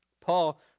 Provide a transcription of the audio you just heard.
Paul